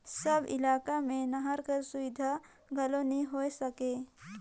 सब इलाका मे नहर कर सुबिधा घलो नी होए सके